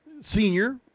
senior